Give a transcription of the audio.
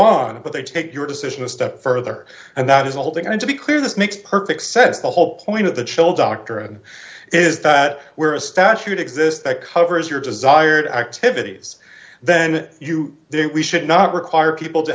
on but they take your decision a step further and that is the whole thing and to be clear this makes perfect sense the whole point of the chill doctrine is that where a statute exists that covers your desired activities then you then we should not require people to